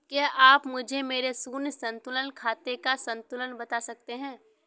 क्या आप मुझे मेरे शून्य संतुलन खाते का संतुलन बता सकते हैं?